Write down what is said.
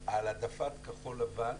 על העדפת כחול לבן?